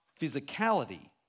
physicality